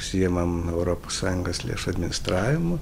užsiimam europos sąjungos lėšų administravimu